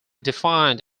defined